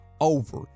over